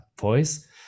voice